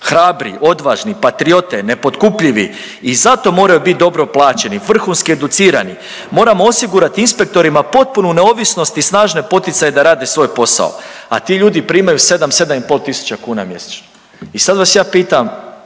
hrabri, odvažni, patriote, nepotkupljivi i zato moraju biti dobro plaćeni, vrhunski educirani. Moramo osigurati inspektorima potpunu neovisnost i snažne poticaje da rade svoj posao, a ti ljudi primaju 7-7,5 tisuća kuna mjesečno. I sad vas ja pitam,